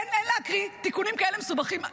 אין תיקונים כאלה מסובכים,